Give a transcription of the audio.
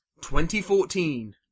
2014